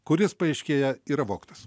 kuris paaiškėja yra vogtas